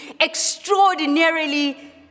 extraordinarily